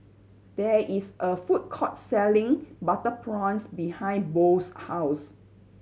there is a food court selling butter prawns behind Bo's house